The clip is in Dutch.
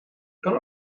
kan